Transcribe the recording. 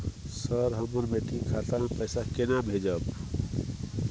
Sir, हम बेटी के खाता मे पैसा केना भेजब?